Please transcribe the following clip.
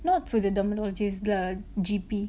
not for the dermatologist the G_P